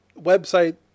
website